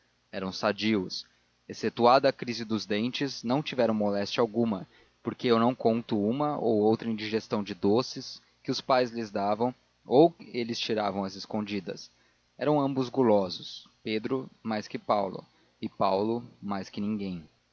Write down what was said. eram sadios excetuada a crise dos dentes não tiveram moléstia alguma porque eu não conto uma ou outra indigestão de doces que os pais lhes davam ou eles tiravam às escondidas eram ambos gulosos pedro mais que paulo e paulo mais que ninguém